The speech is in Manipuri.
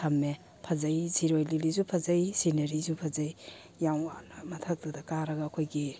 ꯊꯝꯃꯦ ꯐꯖꯩ ꯁꯤꯔꯣꯏ ꯂꯤꯂꯤꯁꯨ ꯐꯖꯩ ꯁꯤꯅꯔꯤꯁꯨ ꯐꯖꯩ ꯌꯥꯝ ꯋꯥꯅ ꯃꯊꯛꯇꯨꯗ ꯀꯥꯔꯒ ꯑꯩꯈꯣꯏꯒꯤ